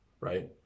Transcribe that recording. right